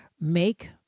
make